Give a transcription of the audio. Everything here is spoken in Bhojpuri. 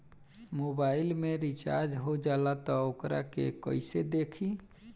मोबाइल में रिचार्ज हो जाला त वोकरा के कइसे देखी?